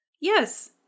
Yes